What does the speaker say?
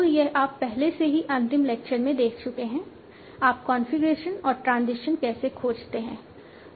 तो यह आप पहले से ही अंतिम लेक्चर में देख चुके हैं आप कॉन्फ़िगरेशन और ट्रांजिशन कैसे खोजते हैं